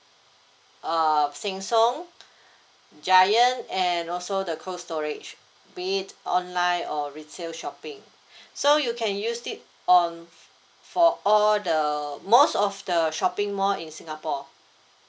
uh sheng siong giant and also the cold storage be it online or retail shopping so you can use it on for all the most of the shopping mall in singapore